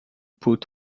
put